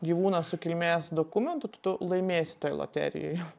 gyvūną su kilmės dokumentu tu laimėsi toj loterijoj